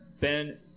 Ben